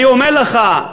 אני אומר לך,